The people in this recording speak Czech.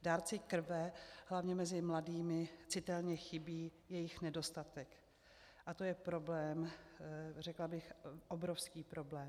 Dárci krve hlavně mezi mladými citelně chybí, je jich nedostatek a to je, řekla bych, obrovský problém.